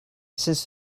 since